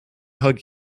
hug